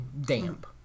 damp